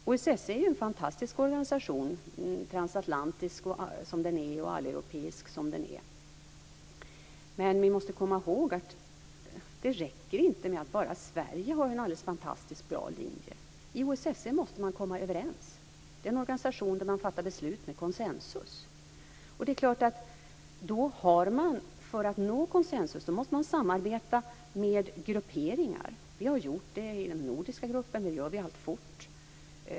OSSE är ju en fantastisk organisation, transatlantisk och alleuropeisk som den är. Men vi måste komma ihåg att det inte räcker med att bara Sverige har en alldeles fantastisk bra linje. I OSSE måste man komma överens. Det är en organisation där man fattar beslut med konsensus. Då är det klart att man för att nå konsensus måste samarbeta med grupperingar. Det har vi gjort i den nordiska gruppen. Vi gör det alltfort.